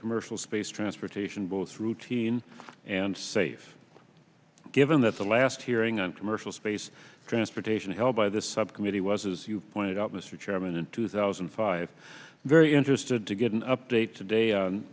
commercial space transportation both routine and safe given that the last hearing on commercial space transportation held by this subcommittee was as you pointed out mr chairman in two thousand and five very interested to get an update today